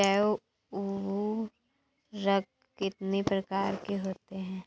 जैव उर्वरक कितनी प्रकार के होते हैं?